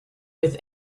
with